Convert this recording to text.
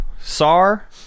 Sar